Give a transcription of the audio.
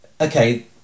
Okay